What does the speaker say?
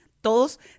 Todos